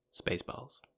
Spaceballs